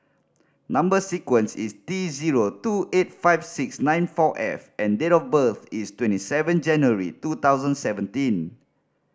number sequence is T zero two eight five six nine four F and date of birth is twenty seven January two thousand seventeen